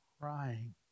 crying